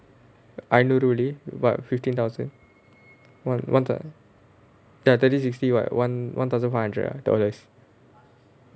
ஐநூறு ரூபா:inooru rupa about fifteen thousand one one third ya thirty sixty [what] one one thousand five hundred ah dollars